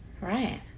Right